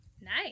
Nice